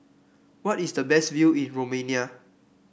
what is the best view in Romania